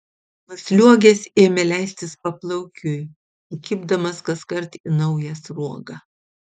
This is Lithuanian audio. nusliuogęs ėmė leistis paplaukiui įkibdamas kaskart į naują sruogą